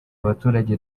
abaturage